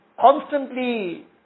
constantly